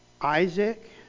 Isaac